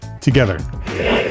together